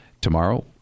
Tomorrow